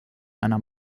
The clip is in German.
einer